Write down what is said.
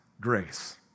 grace